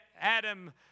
Adam